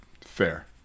Fair